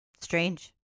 Strange